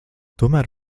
tomēr